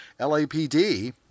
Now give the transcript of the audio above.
LAPD